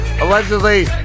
Allegedly